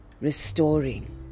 restoring